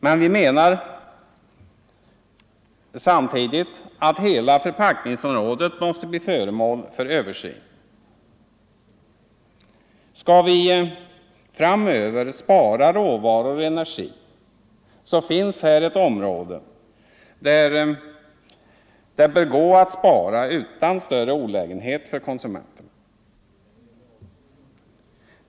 Men vi menar samtidigt att hela förpackningsområdet måste bli föremål för översyn. Skall vi framöver spara råvaror och energi, så finns här ett område där det bör gå att spara utan större olägenheter för konsumenterna.